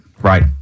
Right